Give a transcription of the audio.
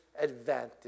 advantage